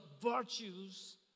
virtues